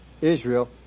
Israel